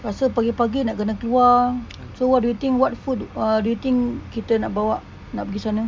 pasal pagi-pagi nak kena keluar so what do you think what food ah do you think kita nak bawa nak pergi sana eh